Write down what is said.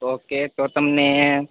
okay તો તમને